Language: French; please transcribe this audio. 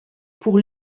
pour